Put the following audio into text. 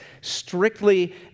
strictly